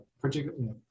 particularly